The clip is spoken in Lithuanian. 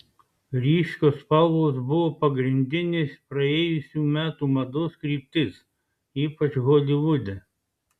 ryškios spalvos buvo pagrindinė praėjusių metų mados kryptis ypač holivude